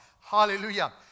Hallelujah